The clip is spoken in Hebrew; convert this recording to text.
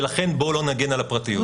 ולכן בואו לא נגן על הפרטיות.